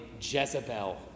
Jezebel